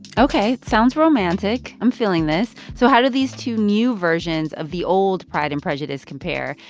ok. sounds romantic. i'm feeling this. so how do these two new versions of the old pride and prejudice compare?